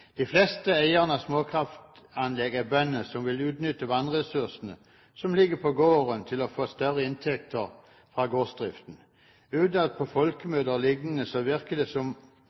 De fleste eiere av småkraftanlegg er bønder som vil utnytte vannressursene som ligger på gården, til å få større inntekter fra gårdsdriften. Utad på folkemøter o.l. virker det som